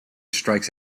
strikes